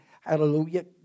Hallelujah